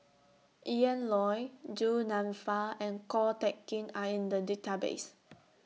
Ian Loy Du Nanfa and Ko Teck Kin Are in The Database